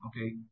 Okay